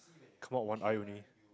come out one eye only